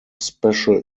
special